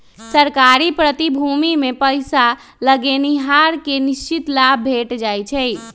सरकारी प्रतिभूतिमें पइसा लगैनिहार के निश्चित लाभ भेंट जाइ छइ